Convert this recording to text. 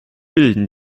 bilden